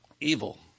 evil